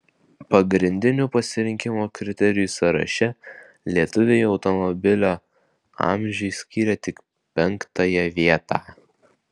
pagrindinių pasirinkimo kriterijų sąraše lietuviai automobilio amžiui skyrė tik penktąją vietą